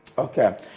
Okay